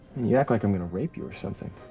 you act like i'm gonna rape you or something.